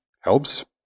helps